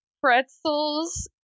pretzels